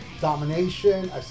Domination